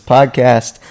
Podcast